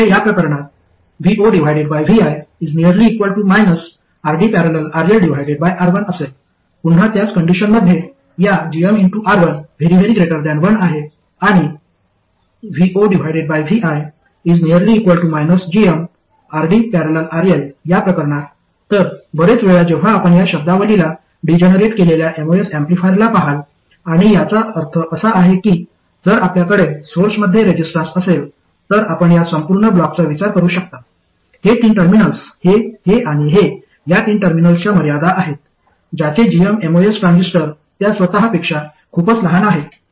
आमच्याकडे या प्रकरणात vovi RD।।RLR1 असेल पुन्हा त्याच कंडिशनमध्ये या gmR1 1 आणि vovi gmRD।।RL या प्रकरणात तर बरेच वेळा जेव्हा आपण या शब्दावलीला डीजेनेरेट केलेल्या एमओएस एम्पलीफायरला पहाल आणि याचा अर्थ असा आहे की जर आपल्याकडे सोर्समध्ये रेसिस्टन्स असेल तर आपण या संपूर्ण ब्लॉकचा विचार करू शकता हे तीन टर्मिनल्स हे हे आणि हे या तीन टर्मिनलच्या मर्यादा आहेत ज्याचे gm एमओएस ट्रान्झिस्टर त्या स्वतः पेक्षा खूपच लहान आहे